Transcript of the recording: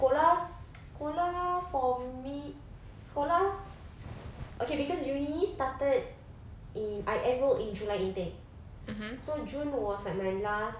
sekolah sekolah for me sekolah okay cause uni~ started in I enrolled in july intake so june was like my last